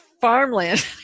farmland